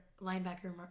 linebacker